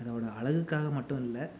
அதோடய அழகுக்காக மட்டும் இல்லை